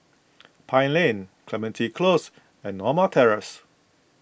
Pine Lane Clementi Close and Norma Terrace